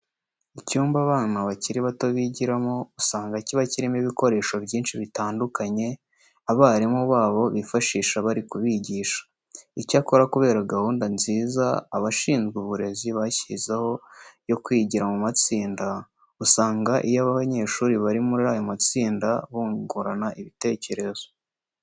Icyumba abana bakiri bato bigiramo usanga kiba kirimo ibikoresho byinshi bitandukanye abarimu babo bifashisha bari kubigisha. Icyakora kubera gahunda nziza abashinzwe uburezi bashyizeho yo kwigira mu matsinda, usanga iyo abanyeshuri bari muri ayo matsinda bungurana ibitekerezo.